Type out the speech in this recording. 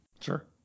Sure